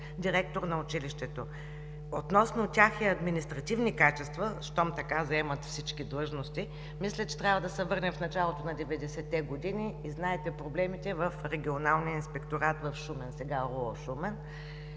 на училището. Относно техни административни качества, щом заемат всички длъжности, мисля, че трябва да се върнем в началото на 90-е години и знаете проблемите в Регионалния инспекторат в Шумен, сега РУО – Шумен.